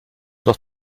doch